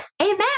Amen